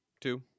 two